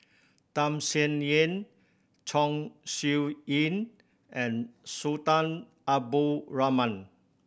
Tham Sien Yen Chong Siew Ying and Sultan Abdul Rahman